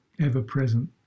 ever-present